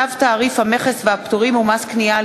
צו תעריף המכס והפטורים ומס קנייה על